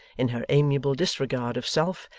in her amiable disregard of self,